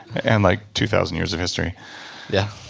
and like two thousand years of history yeah